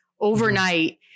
overnight